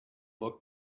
book